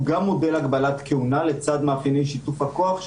גם מודל הגבלת כהונה לצד מאפייני שיתוף הכוח שלה.